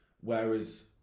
Whereas